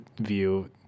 view